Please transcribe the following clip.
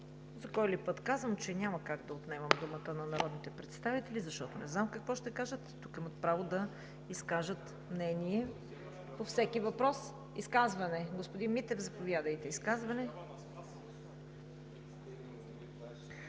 За кой ли път казвам, че няма как да отнемам думата на народните представители, защото не знам какво ще кажат. Тук имат право да изкажат мнение по всеки въпрос. Изказване? Господин Митев, заповядайте – изказване.